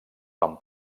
van